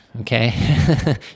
okay